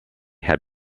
had